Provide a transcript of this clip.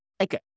okay